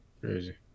crazy